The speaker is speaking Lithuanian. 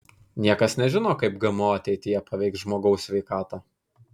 niekas nežino kaip gmo ateityje paveiks žmogaus sveikatą